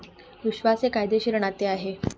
विश्वास हे कायदेशीर नाते आहे